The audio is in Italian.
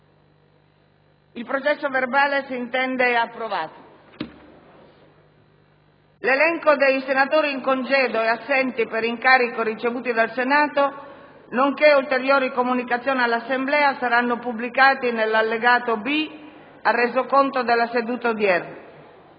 apre una nuova finestra"). L'elenco dei senatori in congedo e assenti per incarico ricevuto dal Senato, nonché ulteriori comunicazioni all'Assemblea saranno pubblicati nell'allegato B al Resoconto della seduta odierna.